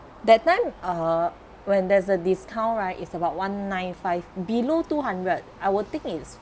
that time uh when there's a discount right is about one nine five below two hundred I would think is